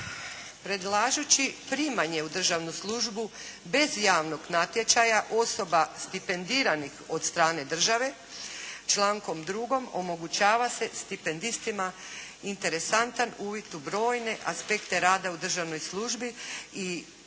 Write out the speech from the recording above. Predlažući primanje u državnu službu bez javnog natječaja osoba stipendiranih od strane države člankom 2. omogućava se stipendistima interesantan uvid u brojne aspekte rada u državnoj službi i nezamjenjivo,